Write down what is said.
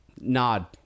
nod